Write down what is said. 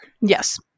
Yes